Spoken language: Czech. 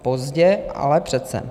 Pozdě, ale přece.